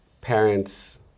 parents